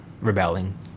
rebelling